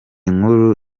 nkuru